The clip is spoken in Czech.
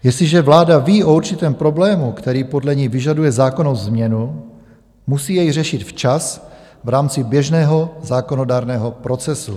Jestliže vláda ví o určitém problému, který podle ní vyžaduje zákonnou změnu, musí jej řešit včas v rámci běžného zákonodárného procesu.